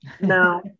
No